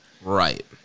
Right